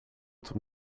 zum